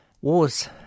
Wars